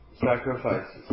sacrifices